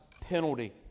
penalty